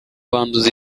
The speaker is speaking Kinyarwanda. banduza